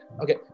okay